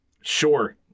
sure